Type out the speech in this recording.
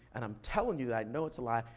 and i'm telling you that i know it's a lie,